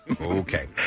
Okay